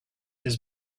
his